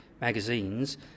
magazines